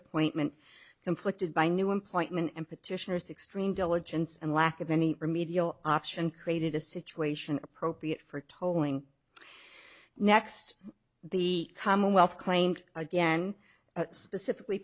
appointment conflicted by new employment and petitioners extreme diligence and lack of any remedial option created a situation appropriate for tolling next the commonwealth claimed again specifically